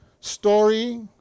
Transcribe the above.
story